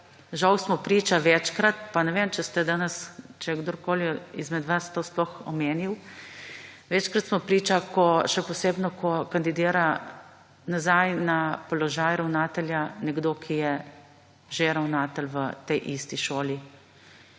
žal smo priča večkrat, pa ne vem, če ste danes, če je kdorkoli izmed vas to sploh omenil, večkrat smo priča še posebno, ko kandidira nazaj na položaj ravnatelja nekdo, ki je že ravnatelj v tej isti šoli.